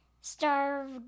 Starve